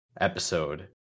episode